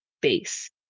base